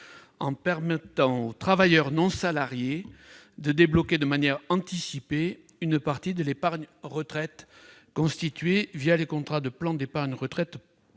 en permettant aux travailleurs non salariés de débloquer de manière anticipée une partie de l'épargne retraite constituée les contrats de plan d'épargne retraite